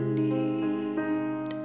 need